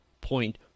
point